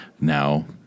now